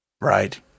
Right